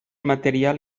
material